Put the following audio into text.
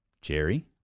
Jerry